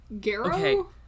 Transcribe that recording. Garrow